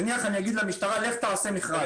נניח אני אגיד למשטרה: לכי תעשי מכרז.